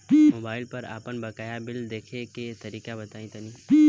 Mobile पर आपन बाकाया बिल देखे के तरीका बताईं तनि?